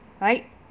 right